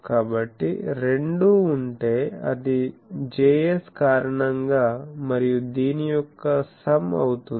కాబట్టి రెండూ ఉంటే అది Js కారణంగా మరియు దీని యొక్క సమ్ అవుతుంది